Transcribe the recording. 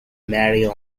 marion